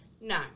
No